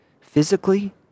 physically